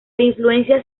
influencia